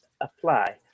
apply